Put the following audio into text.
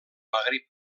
magrib